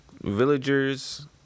villagers